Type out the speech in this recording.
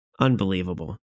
unbelievable